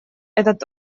этот